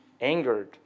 angered